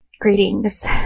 Greetings